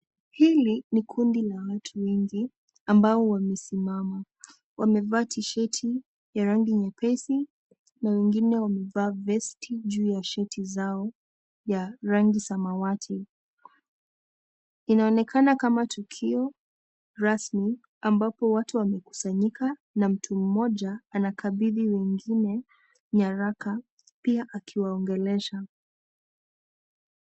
Hili ni kundi la watu wengi ambao wamesimama. Wamevaa tisheti ya rangi nyepesi na wengine wamevaa vesti juu ya sheti zao ya rangi samawati. Inaonekana kama tukio rasmi, ambapo watu wamekusanyika na mtu mmoja anakabidhi wengine nyaraka, pia akiwaongelesha.